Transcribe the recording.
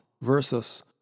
versus